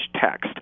text